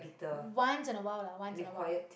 once in awhile lah once in awhile